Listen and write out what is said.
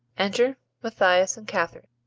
enter mathias and katharine.